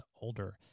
older